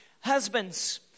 husbands